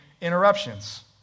interruptions